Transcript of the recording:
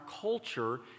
culture